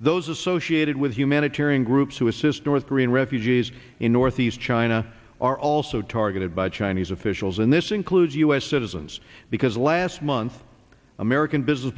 those associated with humanitarian groups who assist north korean refugees in northeast china are also targeted by chinese officials and this includes u s citizens because last month american business